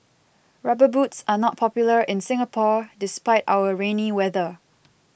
rubber boots are not popular in Singapore despite our rainy weather